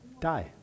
die